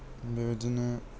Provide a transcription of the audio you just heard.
बेबादिनो